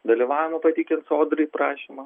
dalyvavimo pateikiant sodrai prašymą